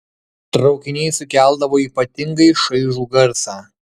traukiniai sukeldavo ypatingai šaižų garsą